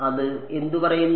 അതു എന്തു പറയുന്നു